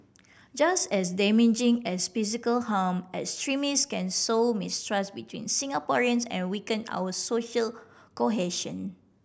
just as damaging as physical harm extremists can sow mistrust between Singaporeans and weaken our social cohesion